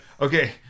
okay